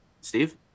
Steve